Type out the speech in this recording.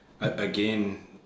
again